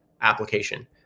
Application